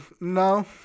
no